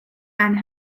and